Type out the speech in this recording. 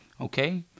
Okay